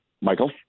Michael